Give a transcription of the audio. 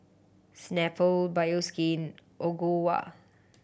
Snapple Bioskin Ogawa